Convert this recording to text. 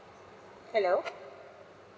hello